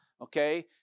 okay